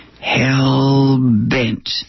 hell-bent